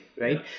right